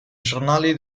giornali